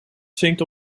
zingt